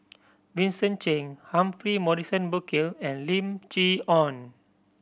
Vincent Cheng Humphrey Morrison Burkill and Lim Chee Onn